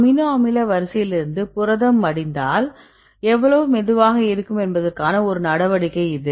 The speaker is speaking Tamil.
அமினோ அமில வரிசையிலிருந்து புரதம் மடிந்தால் எவ்வளவு மெதுவாக இருக்கும் என்பதற்கான ஒரு நடவடிக்கை இது